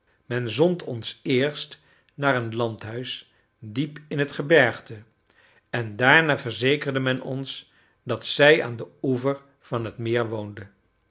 men zond ons eerst naar een landhuis diep in het gebergte en daarna verzekerde men ons dat zij aan den oever van het meer woonde